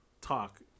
talk